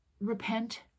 repent